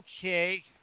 Okay